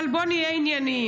אבל בוא נהיה ענייניים.